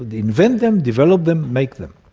invent them, develop them, make them.